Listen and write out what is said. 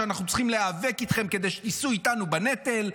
שאנחנו צריכים להיאבק איתכם כדי שתישאו איתנו בנטל.